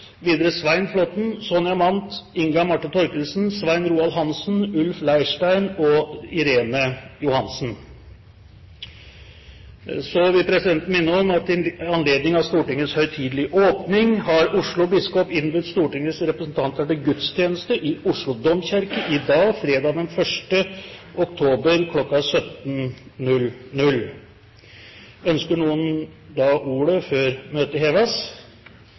Svein Flåtten, Sonja Mandt, Inga Marte Thorkildsen, Svein Roald Hansen, Ulf Leirstein og Irene Johansen. I anledning av Stortingets høytidelige åpning har Oslo biskop innbudt Stortingets representanter til gudstjeneste i Oslo domkirke i dag, fredag den 1. oktober, kl. 17. Ønsker noen ordet før møtet heves?